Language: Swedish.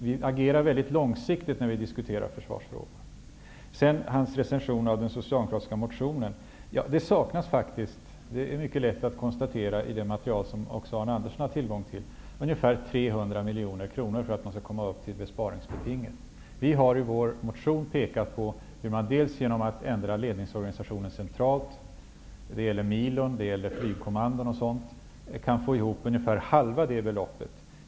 Vi agerar mycket långsiktigt när vi diskuterar försvarsfrågor. Arne Andersson gjorde vidare en recension av den socialdemokratiska motionen. Det är lätt att konstatera i det material som också Arne Andersson har tillgång till att det saknas ungefär 300 miljoner kronor för att uppfylla besparingsbetinget. Vi har i vår motion pekat på hur man genom att ändra ledningsorganisationen centralt -- det gäller Milon, flygkommandon och sådant -- kan få ihop ungefär halva det beloppet.